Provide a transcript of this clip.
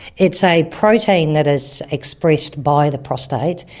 it's a protein that is expressed by the prostate,